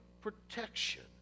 protection